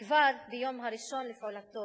כבר ביום הראשון לפעולתו